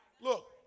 Look